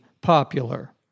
popular